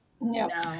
No